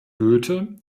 goethe